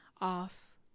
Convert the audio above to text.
off